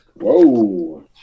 Whoa